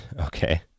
Okay